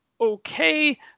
okay